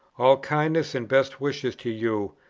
all kindest and best wishes to you,